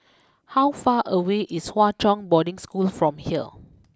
how far away is Hwa Chong Boarding School from here